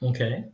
Okay